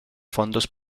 fondos